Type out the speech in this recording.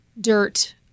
dirt